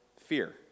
fear